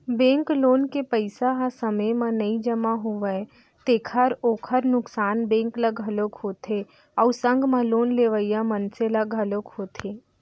bank loan के पइसा ह समे म नइ जमा होवय तेखर ओखर नुकसान बेंक ल घलोक होथे अउ संग म लोन लेवइया मनसे ल घलोक होथे